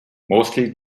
mostly